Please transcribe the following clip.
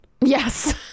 Yes